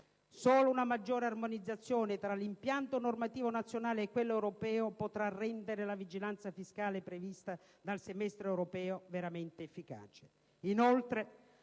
Solo una maggiore armonizzazione tra l'impianto normativo nazionale e quello europeo potrà rendere la vigilanza fiscale prevista dal semestre europeo veramente efficace.